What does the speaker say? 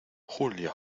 julia